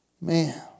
Man